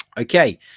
Okay